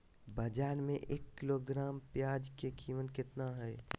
बाजार में एक किलोग्राम प्याज के कीमत कितना हाय?